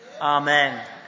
amen